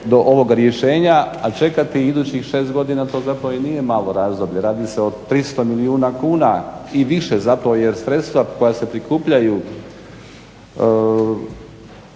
do ovog rješenja. A čekati idućih 6 godina to zapravo i nije malo razdoblje. Radi se o 300 milijuna kuna i više zapravo, jer sredstva koja se prikupljaju